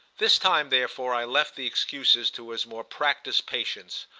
this time therefore i left the excuses to his more practised patience,